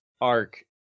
arc